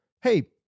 Hey